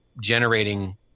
generating